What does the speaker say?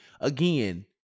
Again